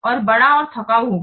यह बड़ा और थकाऊ होगा